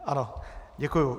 Ano, děkuji.